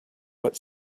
but